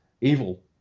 Evil